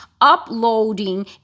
uploading